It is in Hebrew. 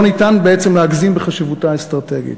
שלא ניתן בעצם להגזים בחשיבותה האסטרטגית.